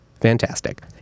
fantastic